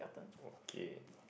okay